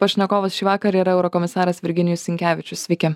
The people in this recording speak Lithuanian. pašnekovas šįvakar yra eurokomisaras virginijus sinkevičius sveiki